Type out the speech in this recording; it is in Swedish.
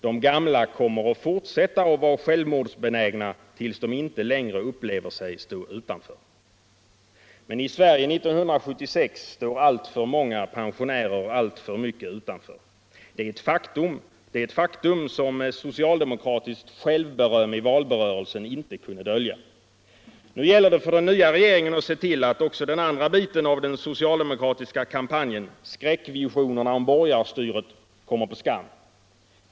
—-—-- De gamla kommer att fortsätta att vara självmordsbenägna, tills de inte längre upplever sig ”stå utanför.” I Sverige 1976 står alltför många pensionärer alltför mycket utanför. Det är ett faktum som socialdemokratiskt självberöm i valrörelsen inte kunde dölja. Nu gäller det för den nya regeringen att se till att också den andra biten av den socialdemokratiska kampanjen, skräckvisionerna om borgarstyret, kommer på skam.